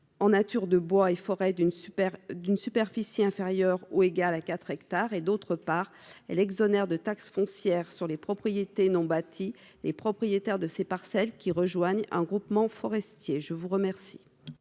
en nature de bois et forêt d'une superficie inférieure ou égale à 4 hectares et, d'autre part, en exonérant de taxe foncière sur les propriétés non bâties les propriétaires de ces parcelles qui rejoindraient un groupement forestier. La parole